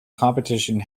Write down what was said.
competition